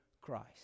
Christ